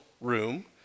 room